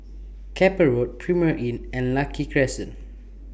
Keppel Road Premier Inn and Lucky Crescent